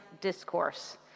discourse